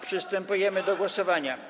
Przystępujemy do głosowania.